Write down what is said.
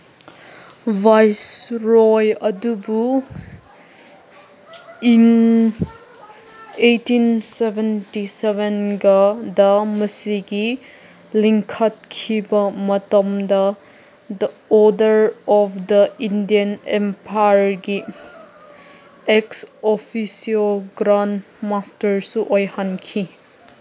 ꯚꯣꯏꯔꯣꯏ ꯑꯗꯨꯕꯨ in eighteen seventy ꯁꯕꯦꯟꯒ ꯗ ꯃꯁꯤꯒꯤ ꯂꯤꯡꯈꯠꯈꯤꯕ ꯃꯇꯝꯗ ꯑꯣꯗꯔ ꯑꯣꯐ ꯗ ꯏꯟꯗꯤꯌꯟ ꯑꯦꯝꯐ꯭ꯌꯥꯔꯒꯤ ex officio grand ꯃꯥꯁꯇꯔꯁꯨ ꯑꯣꯏꯍꯟꯈꯤ